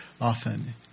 often